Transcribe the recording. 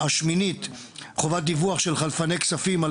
הסתייגות שמינית: "חובת דיווח של חלפני כספים על